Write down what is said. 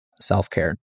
self-care